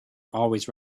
always